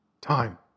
time